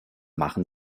machen